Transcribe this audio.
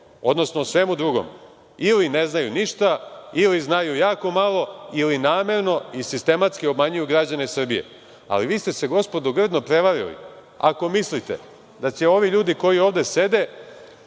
odnosno o svemu drugom ili ne znaju ništa, ili znaju jako malo ili namerno i sistematski obmanjuju građane Srbije. Ali, vi ste se, gospodo, grdno prevarili ako mislite da će ovi ljudi koji ovde sede